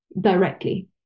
directly